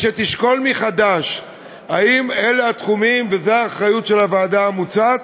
שתשקול מחדש אם אלה התחומים וזאת האחריות של הוועדה המוצעת,